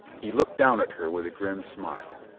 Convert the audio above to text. he looked down at her with a grim smile.